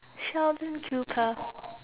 sheldon cooper